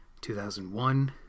2001